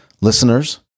listeners